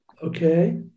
Okay